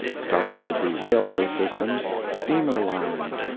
starting with the railway systems, steamer lines,